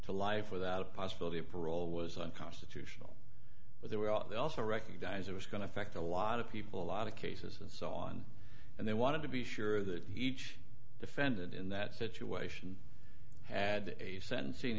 to life without possibility of parole was on constitution but there were also recognize it was going to affect a lot of people a lot of cases and so on and they wanted to be sure that each defendant in that situation had a sentencing